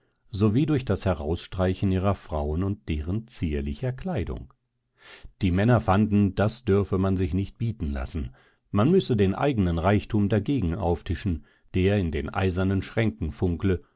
sowie durch das herausstreichen ihrer frauen und deren zierlicher kleidung die männer fanden das dürfe man sich nicht bieten lassen man müsse den eigenen reichtum dagegen auftischen der in den eisernen schränken funkle